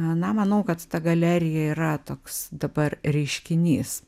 na manau kad ta galerija yra toks dabar reiškinys